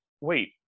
wait